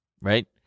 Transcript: right